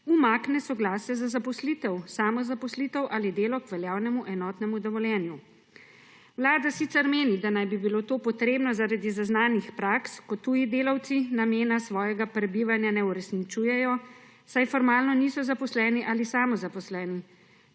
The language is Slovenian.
umakne soglasje za zaposlitev, samozaposlitev ali delo k veljavnemu enotnemu dovoljenju. Vlada sicer meni, da naj bi bilo to potrebno zaradi zaznanih praks, ko tuji delavci namena svojega prebivanja ne uresničujejo, saj formalno niso zaposleni ali samozaposleni.